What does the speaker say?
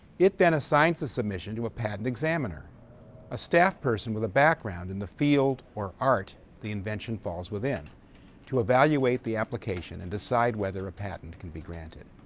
it then assigns the submission to a patent examiner a staff person with a background in the field or art the invention falls within to evaluate the application and decide whether a patent can be granted.